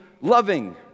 loving